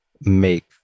make